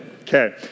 Okay